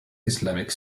islamic